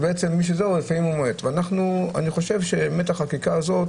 לכן לדעתי, החקיקה הזאת